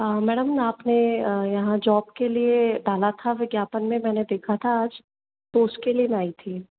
हाँ मैडम आपने यहाँ जॉब के लिए डाला था विज्ञापन में मैंने देखा था आज तो उसके लिए मैं आई थी